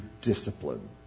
discipline